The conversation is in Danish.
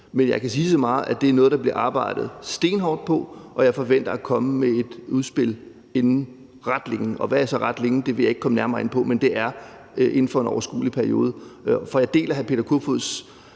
Men jeg kan sige så meget, som at det er noget, der bliver arbejdet stenhårdt på, og jeg forventer at komme med et udspil inden ret længe. Og hvad er så ret længe? Det vil jeg ikke komme nærmere ind på, men det er inden for en overskuelig periode. For jeg deler hr. Peter Kofods